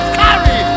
carry